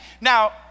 Now